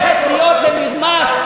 ולא הופכת להיות למרמס.